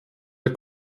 der